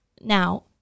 now